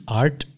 art